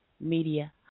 media